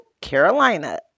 Carolina